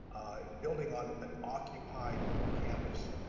building on an occupied campus